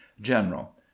general